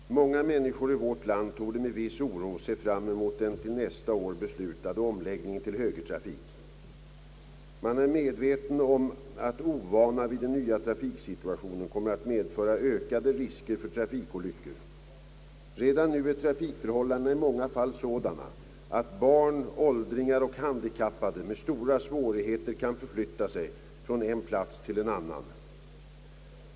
Herr talman! Många människor i vårt land torde med viss oro se fram emot den till nästa år beslutade omläggning en till högertrafik. Man är medveten om att ovana vid den nya trafiksituationen kommer att medföra ökade risker för trafikolyckor. Redan nu är trafikförhållandena i många fall sådana, att barn, åldringar och handikappade med stora svårigheter kan förflytta sig från en plats till en annan.